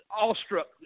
awestruck